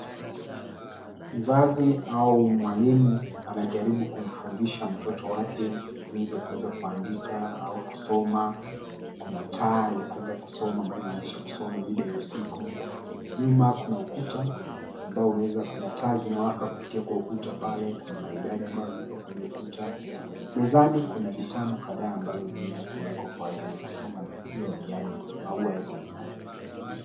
Mzazi au mwalimu anajaribu kumfundisha mtoto wake jinsi ya kuweza kuandika au kusoma, kuna taa ya kuweza kusoma ambayo inawezesha kusoma muda wa usiku. Nyuma kuna taa ambazo zinaweza kupita kwa ukuta pale kuna maridadi ambayo yapo kwenye ukuta. Mezani kuna vitabu kadhaa ambazo zimeweza kuwekwa kwa ajili ya kusoma pia maua yapo mezani.